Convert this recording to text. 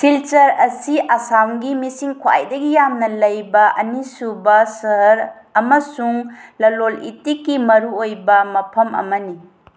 ꯁꯤꯜꯆꯔ ꯑꯁꯤ ꯑꯁꯥꯝꯒꯤ ꯃꯤꯁꯤꯡ ꯈ꯭ꯋꯥꯏꯗꯒꯤ ꯌꯥꯝꯅ ꯂꯩꯕ ꯑꯅꯤꯁꯨꯕ ꯁꯍꯔ ꯑꯃꯁꯨꯡ ꯂꯂꯣꯟ ꯏꯇꯤꯛꯀꯤ ꯃꯔꯨꯑꯣꯏꯕ ꯃꯐꯝ ꯑꯃꯅꯤ